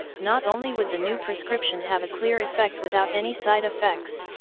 not only would the new prescription have a clear effect without any side effects,